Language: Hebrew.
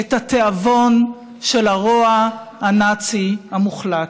את התיאבון של הרוע הנאצי המוחלט.